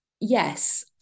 Yes